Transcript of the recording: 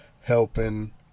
helping